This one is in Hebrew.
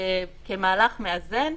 כמהלך מאזן,